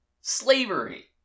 Slavery